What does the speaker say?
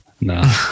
No